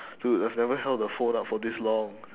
dude I've never held a phone up for this long